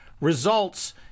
results